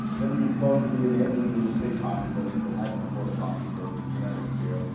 then we cloned the dna, meaning we just made copies of it, so imagine a photo copy for for genetic material.